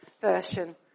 version